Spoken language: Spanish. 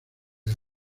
del